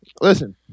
Listen